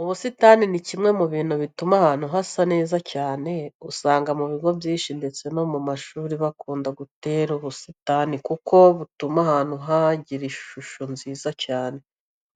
Ubusitani ni kimwe mu bintu bituma ahantu hasa neza cyane. Uzasanga mu bigo byinshi ndetse n'amashuri bakunda gutera ubusitani kuko butuma ahantu hagira ishusho nziza cyane.